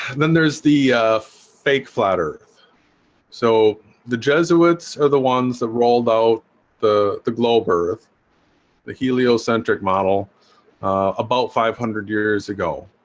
then there's the fake flat earth so the jesuits are the ones that rolled out the the globe earth the heliocentric model about five hundred years ago,